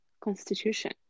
constitution